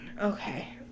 okay